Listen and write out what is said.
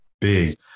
big